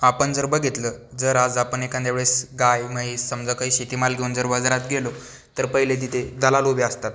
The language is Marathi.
आपण जर बघितलं जर आज आपण एखाद्या वेळेस गाय म्हैस समजा काही शेतीमाल घेऊन जर वजारात गेलो तर पहिले जिथे दलाल उभे असतात